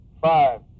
Five